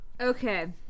Okay